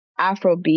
Afrobeat